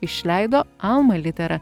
išleido alma litera